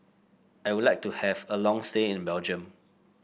I would like to have a long stay in Belgium